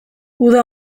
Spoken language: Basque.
uda